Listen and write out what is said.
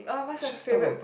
I just talk a